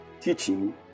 teaching